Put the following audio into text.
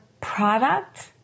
product